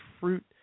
fruit